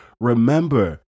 Remember